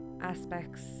aspects